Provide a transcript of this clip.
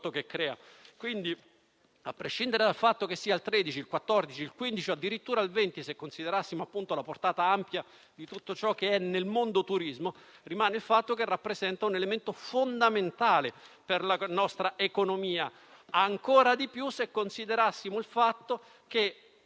che crea. Ad ogni modo, a prescindere dal fatto che sia il 13, il 14, il 15 o addirittura il 20 per cento, se considerassimo la portata ampia di tutto ciò che è incluso nel mondo turismo, rimane il fatto che tale settore rappresenta un elemento fondamentale per la nostra economia, ancora di più se consideriamo che